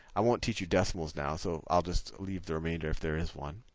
i won't teach you decimals now, so i'll just leave the remainder if there is one.